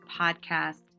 Podcast